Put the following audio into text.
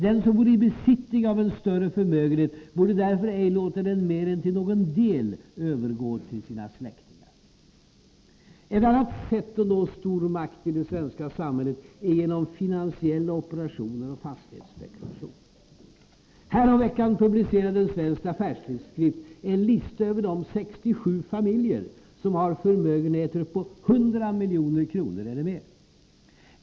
Den som vore i besittning av en större förmögenhet borde därför ej låta den mer än till någon del övergå till sina släktingar.” Ett annat sätt att nå stor makt i det svenska samhället är genom finansiella operationer och fastighetsspekulation. Häromveckan publicerade en svensk affärstidskrift en lista över de 67 familjer som har förmögenheter på 100 milj.kr. eller mer.